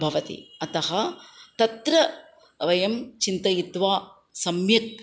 भवति अतः तत्र वयं चिन्तयित्वा सम्यक्